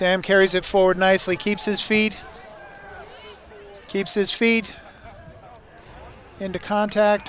sam carries it forward nicely keeps his feet keeps his feet into contact